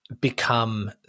become